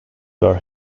were